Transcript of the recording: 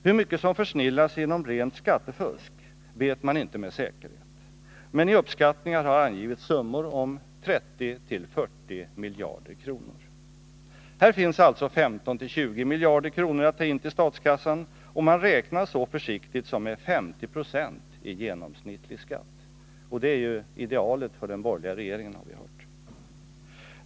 Hur mycket som försnillas genom rent skattefusk vet man inte med säkerhet, men i uppskattningar har angivits summor om 30-40 miljarder kronor. Här finns alltså 15-20 miljarder kronor att ta in till statskassan, om man räknar så försiktigt som med 50 96 i genomsnittlig skatt. Det är ju, som vi har hört, idealet för den borgerliga regeringen.